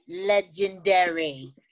Legendary